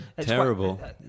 terrible